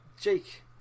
Jake